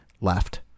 left